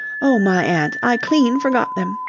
oh, my aunt! i clean forgot them!